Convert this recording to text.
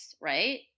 right